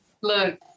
Look